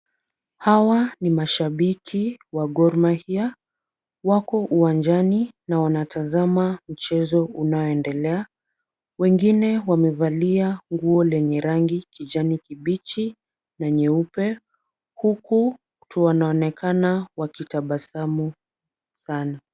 Hawa ni mashabiki wa Gor Mahia wako uwanjani na wanatazama mchezo unaoendelea. Wengine wamevalia nguo lenye rangi kijani kibichi na nyeupe huku wanaonekana wakitabasamu sana.